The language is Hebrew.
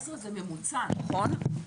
19, זה ממוצע נכון?